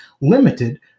limited